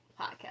podcast